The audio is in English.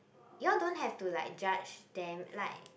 you all don't have to like judge them like